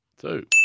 Two